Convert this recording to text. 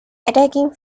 attacking